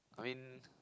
I mean